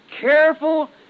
careful